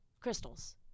Crystals